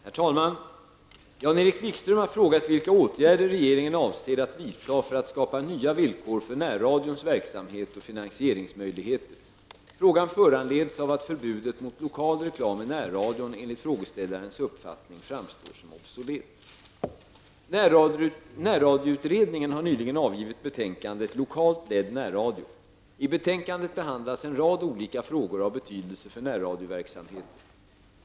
Herr talman! Jan-Erik Wikström har frågat vilka åtgärder regeringen avser att vidta för att skapa nya villkor för närradions verksamhet och finansieringsmöjligheter. Frågan föranleds av att förbudet mot lokal reklam i närradion enligt frågeställarens uppfattning framstår som obsolet. I betänkandet behandlas en rad olika frågor av betydelse för närradioverksamheten.